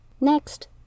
Next